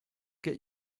get